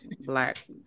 Black